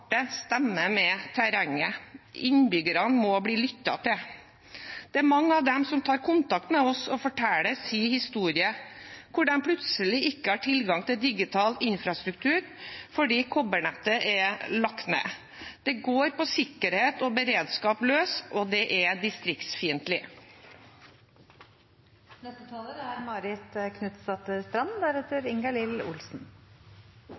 stemmer med terrenget. Innbyggerne må bli lyttet til. Det er mange av dem som tar kontakt med oss og forteller sin historie, om at de plutselig ikke har tilgang til digital infrastruktur fordi kobbernettet er lagt ned. Det går på sikkerhet og beredskap løs, og det er distriktsfiendtlig. Grunnleggende beredskap er